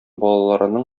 балаларының